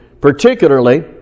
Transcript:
particularly